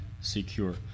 secure